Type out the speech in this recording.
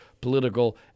political